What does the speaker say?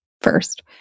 first